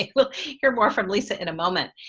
like we'll hear more from lisa in a moment.